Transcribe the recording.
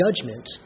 judgment